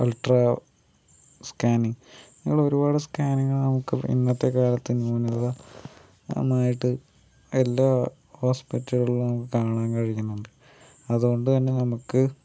ultra scanning അങ്ങനെ ഒരുപാട് സ്കാനിങ്ങുകൾ നമുക്ക് ഇന്നത്തെ കാലത്ത് നന്നായിട്ട് എല്ലാ ഹോസ്പിറ്റലുകളിലും നമുക്ക് കാണാൻ കഴിയുന്നുണ്ട് അതുകൊണ്ട് തന്നെ നമുക്ക്